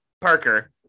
parker